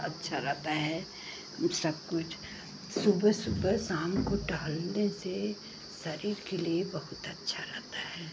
अच्छा रहता है सब कुछ सुबह सुबह शाम को टहलने से शरीर के लिए बहुत अच्छा रहता है